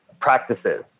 practices